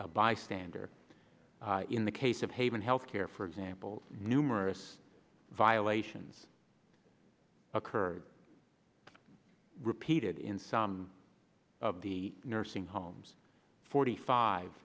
bystander in the case of haven health care for example numerous violations occurred repeated in some of the nursing homes forty five